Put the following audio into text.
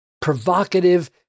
provocative